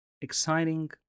exciting